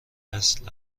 اصل